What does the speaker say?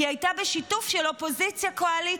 כי היא הייתה בשיתוף של אופוזיציה קואליציה.